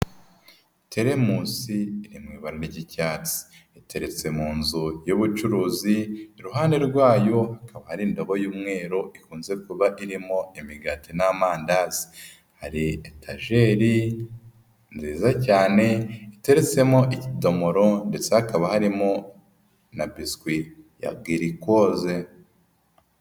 Terimusu iri mu ibara ry'icyatsi. Iteretse mu nzu y'ubucuruzi, iruhande rwayo hakaba hari indobo y'umweru ikunze kuba irimo imigati n'amandazi. Hari etajeri, nziza cyane, iteretsemo ikidomoro ndetse hakaba harimo, na biswi ya Girikoze.